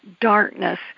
darkness